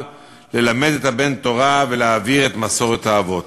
ללמד את הבן תורה ולהעביר את מסורת האבות.